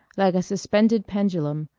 like a suspended pendulum,